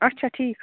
اچھا ٹھیک